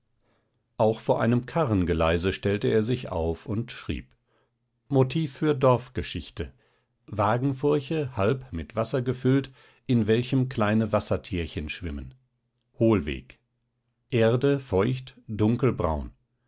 auch vor einem karrengeleise stellte er sich auf und schrieb motiv für dorfgeschichte wagenfurche halb mit wasser gefüllt in welchem kleine wassertierchen schwimmen hohlweg erde feucht dunkelbraun